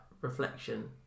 reflection